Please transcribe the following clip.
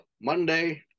Monday